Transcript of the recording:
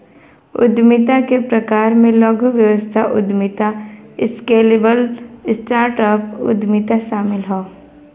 उद्यमिता के प्रकार में लघु व्यवसाय उद्यमिता, स्केलेबल स्टार्टअप उद्यमिता शामिल हौ